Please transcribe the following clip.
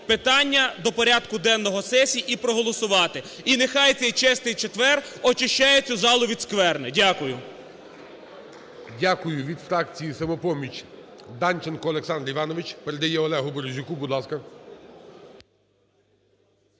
питання до порядку денного сесії і проголосувати. І нехай цей Чистий четвер очищає цю залу від скверни. Дякую. ГОЛОВУЮЧИЙ. Дякую. Від фракції "Самопоміч" Данченко Олександр Іванович передає Олегу Березюку, будь ласка.